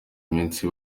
iminsi